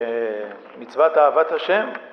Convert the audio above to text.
אה... מצוות אהבת ה'